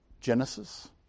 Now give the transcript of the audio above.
Genesis